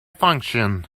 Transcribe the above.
function